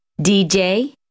DJ